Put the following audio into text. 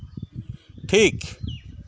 ᱴᱷᱤᱠ